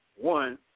One